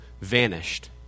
vanished